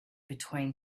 between